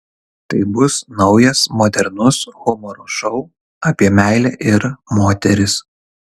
tai bus naujas modernus humoro šou apie meilę ir moteris